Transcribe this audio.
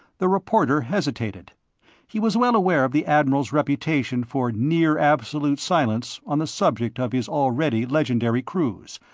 the reporter hesitated he was well aware of the admiral's reputation for near-absolute silence on the subject of his already legendary cruise,